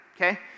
okay